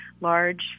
large